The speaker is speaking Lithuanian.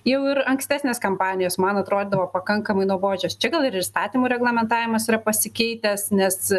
jau ir ankstesnės kampanijos man atrodo pakankamai nuobodžios čia gal ir įstatymų reglamentavimas yra pasikeitęs nes